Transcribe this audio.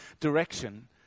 direction